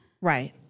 Right